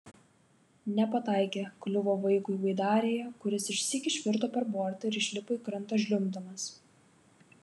nepataikė kliuvo vaikui baidarėje kuris išsyk išvirto per bortą ir išlipo į krantą žliumbdamas